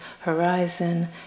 horizon